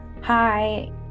hi